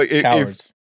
Cowards